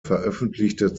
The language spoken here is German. veröffentlichte